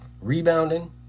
Rebounding